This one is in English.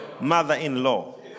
mother-in-law